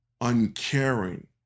uncaring